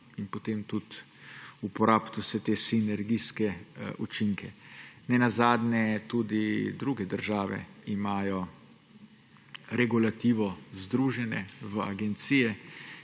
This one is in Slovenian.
in potem tudi uporabiti vse te sinergijske učinke. Nenazadnje tudi druge države imajo regulativo, združene v agencije,